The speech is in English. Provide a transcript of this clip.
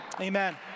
Amen